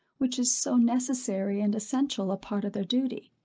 which is so necessary and essential a part of their duty.